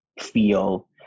feel